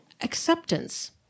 acceptance